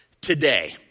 today